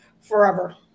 forever